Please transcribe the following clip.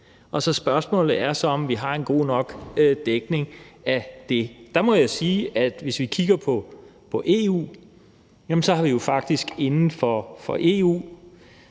Så spørgsmålet er så, om vi har en god nok dækning af det. Der må jeg sige, at hvis vi kigger på EU, har vi jo faktisk inden for